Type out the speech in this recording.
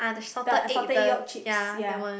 the salted egg yolk chips ya